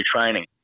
training